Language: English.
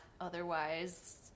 otherwise